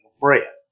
bread